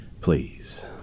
please